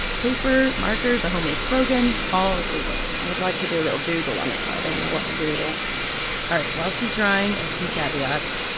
paper, markers, a homemade slogan all legal i would like to do a little doodle on it, but i don't know what to doodle all right. while she's drawing, a few caveats.